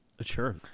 Sure